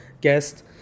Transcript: guest